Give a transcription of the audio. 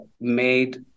made